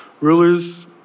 rulers